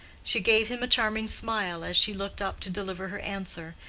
she gave him a charming smile as she looked up to deliver her answer,